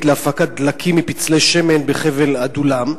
להפקת דלקים מפצלי שמן בחבל עדולם.